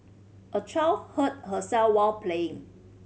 a child hurt herself while playing